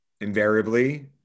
invariably